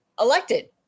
elected